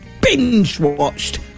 binge-watched